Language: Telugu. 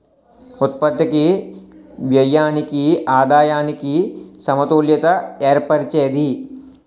ఉత్పత్తికి వ్యయానికి ఆదాయానికి సమతుల్యత ఏర్పరిచేది